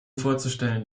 vorzustellen